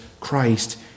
Christ